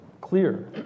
clear